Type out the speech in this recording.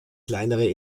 kleinere